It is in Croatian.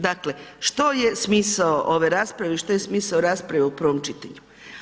Dakle, što je smisao ove rasprave i što je smisao rasprave u prvom čitanju?